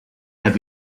have